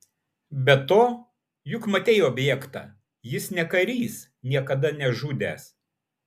be to juk matei objektą jis ne karys niekada nežudęs